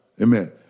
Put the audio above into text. Amen